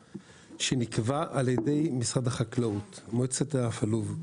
שנקבע על ידי משרד החקלאות ומועצת הלולים,